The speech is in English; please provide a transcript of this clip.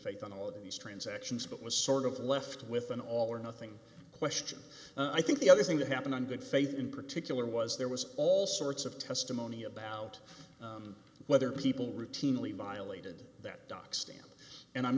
faith on all of these transactions but was sort of left with an all or nothing question i think the other thing to happen on good faith in particular was there was all sorts of testimony about whether people routinely violated that doc stand and i'm